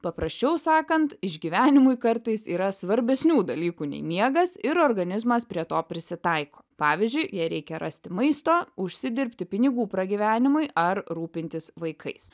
paprasčiau sakant išgyvenimui kartais yra svarbesnių dalykų nei miegas ir organizmas prie to prisitaiko pavyzdžiui jei reikia rasti maisto užsidirbti pinigų pragyvenimui ar rūpintis vaikais